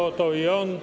Oto i on.